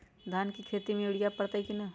धान के खेती में यूरिया परतइ कि न?